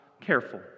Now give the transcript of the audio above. Careful